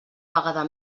vegada